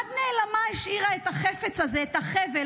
יד נעלמה השאירה את החפץ הזה, את החבל.